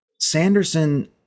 Sanderson